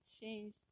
changed